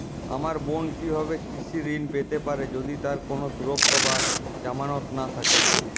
আমার বোন কীভাবে কৃষি ঋণ পেতে পারে যদি তার কোনো সুরক্ষা বা জামানত না থাকে?